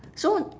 so